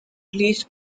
least